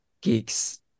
geeks